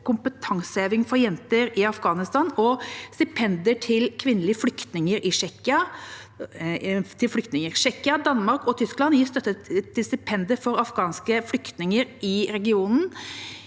kompetanseheving for jenter i Afghanistan og stipender til kvinnelige flyktninger. Tsjekkia, Danmark og Tyskland gir støtte til stipender for afghanske flyktninger i regionen